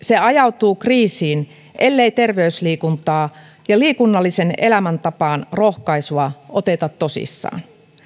ajautuu kriisiin ellei terveysliikuntaa ja liikunnalliseen elämäntapaan rohkaisua oteta tosissaan